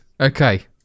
okay